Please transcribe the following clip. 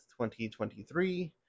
2023